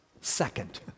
second